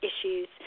issues